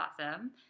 awesome